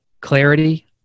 Clarity